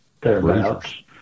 thereabouts